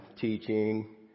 teaching